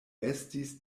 estis